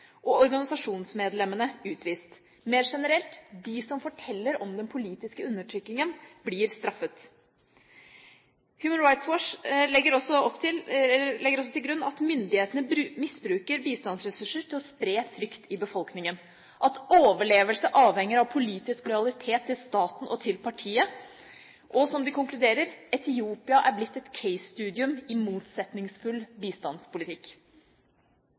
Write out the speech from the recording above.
og organisasjonsmedlemmene utvist. Mer generelt: De som forteller om den politiske undertrykkingen, blir straffet. Human Rights Watch legger også til grunn at myndighetene misbruker bistandsressurser til å spre frykt i befolkningen. Overlevelse avhenger av politisk lojalitet til staten og til partiet. Og, som de konkluderer: Etiopia er blitt et casestudium i motsetningsfull bistandspolitikk.